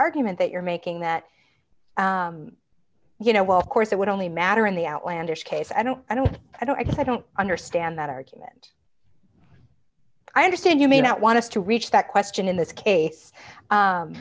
argument that you're making that you know well of course that would only matter in the outlandish case i don't i don't i don't i don't understand that argument i understand you may not want to reach that question in this case